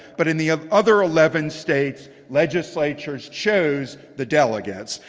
but in the other eleven states legislatures chose the delegates.